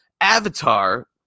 Avatar